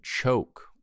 choke